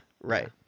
Right